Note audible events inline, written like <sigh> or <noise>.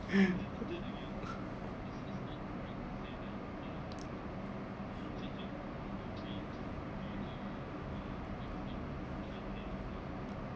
<laughs>